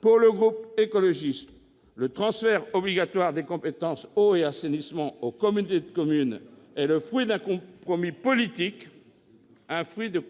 Pour le groupe écologiste, le transfert obligatoire des compétences « eau » et « assainissement » aux communautés de communes est le fruit d'un compromis politique auquel